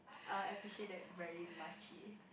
I will appreciate that very muchie